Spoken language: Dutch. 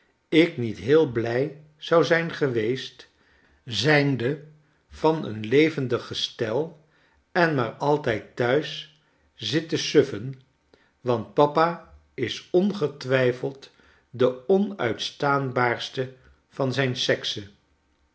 ik niet heel blij zom zijn geweest zijnde van een levendig gestel en maar altijd thuis zit te suffen want papa is ongetwijfeld de onuitstaanbaarste van zijn sexe